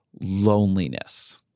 loneliness